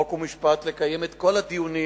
חוק ומשפט לקיים את כל הדיונים